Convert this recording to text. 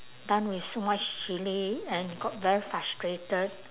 done with so much chilli and got very frustrated